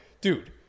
dude